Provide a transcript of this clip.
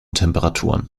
temperaturen